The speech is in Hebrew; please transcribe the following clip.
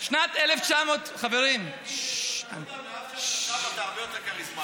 יהודה, מאז שאתה, אתה הרבה יותר כריזמטי.